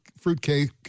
fruitcake